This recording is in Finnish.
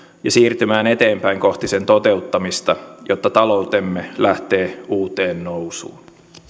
ja siirtymään eteenpäin kohti sen toteuttamista jotta taloutemme lähtee uuteen nousuun